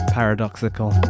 paradoxical